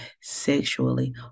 sexually